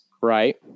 right